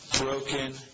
broken